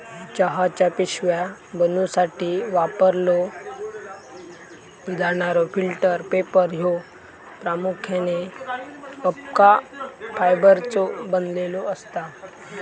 चहाच्या पिशव्या बनवूसाठी वापरलो जाणारो फिल्टर पेपर ह्यो प्रामुख्याने अबका फायबरचो बनलेलो असता